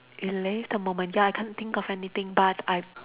relive a moment ya I can't think of anything but I